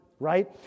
right